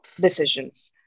decisions